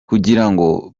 kugirango